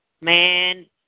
Man